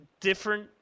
different